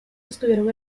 estuvieron